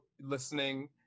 listening